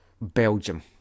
Belgium